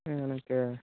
ம் எனக்கு